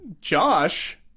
josh